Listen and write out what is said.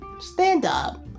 stand-up